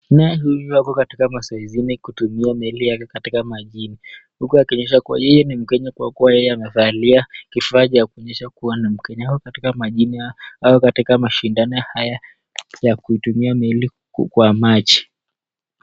Naye huyu ako katika mazoezini akitumia meli yake katika majini, huku akionyesha kuwa yeye ni mkenya kwa kuwa yeye amevalia vifaa vya kuonyesha kuwa ni mkenya ako katika mashindano haya ya kuitumia meli kwa maji.